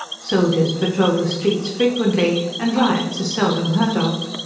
soldiers patrole the streets frequently, and riots are seldom heard of.